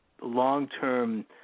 long-term